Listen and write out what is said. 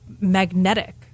magnetic